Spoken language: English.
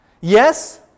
Yes